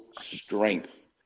strength